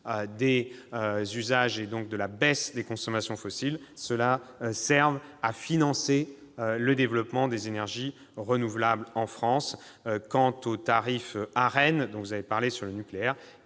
des usages, donc de la baisse des consommations fossiles, cette taxe serve à financer le développement des énergies renouvelables en France. Quant au tarif ARENH, dont vous avez parlé, il est stable,